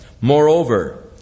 Moreover